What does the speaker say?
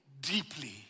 deeply